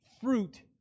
fruit